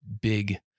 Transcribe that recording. big